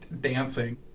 dancing